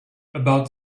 about